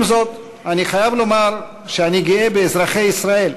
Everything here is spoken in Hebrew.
עם זאת, אני חייב לומר שאני גאה באזרחי ישראל,